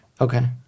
Okay